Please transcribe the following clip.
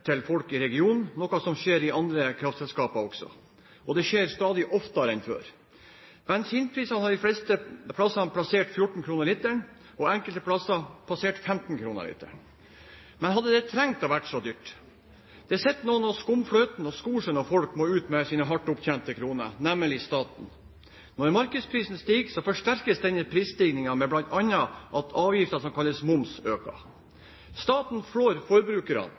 til folk i regionen, noe som også skjer i andre kraftselskaper. Dette skjer stadig oftere enn før. Bensinprisene har de fleste plasser passert 14 kr per liter, og enkelte plasser passert 15 kr per liter. Hadde det trengt å være så dyrt? Det sitter noen og skummer fløten og skor seg når folk må ut med sine hardt opptjente kroner – nemlig staten. Når markedsprisen stiger, forsterkes denne prisstigningen ved bl.a. at den avgiften som kalles moms, øker. Staten flår forbrukerne.